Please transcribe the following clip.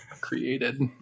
created